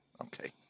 Okay